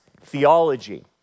theology